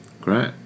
great